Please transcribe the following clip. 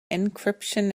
encryption